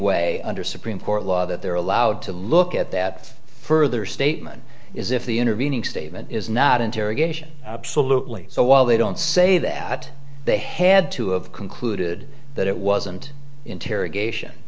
way under supreme court law that they're allowed to look at that further statement is if the intervening statement is not interrogation absolutely so while they don't say that they had to have concluded that it wasn't interrogation